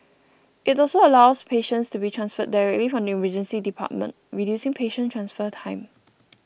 it also allows patients to be transferred directly from the Emergency Department reducing patient transfer time